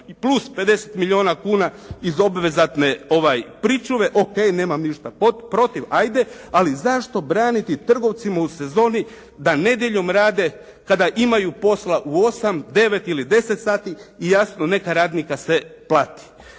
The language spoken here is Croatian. plus 50 milijuna kuna iz obvezatne pričuve. OK, nemam ništa protiv ajde. Ali zašto braniti trgovcima u sezoni da nedjeljom rade kada imaju posla u 8, 9 ili 10 sati i jasno neka radnika se plati.